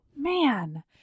Man